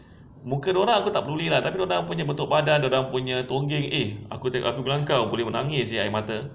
muka dia orang aku tak peduli lah tapi dia orang punya bentuk badan dia orang punya tonggeng eh aku bilang kau boleh menangis seh air mata